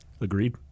agreed